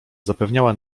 zapewniała